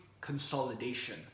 consolidation